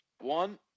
One